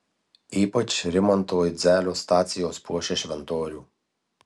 ypač rimanto idzelio stacijos puošia šventorių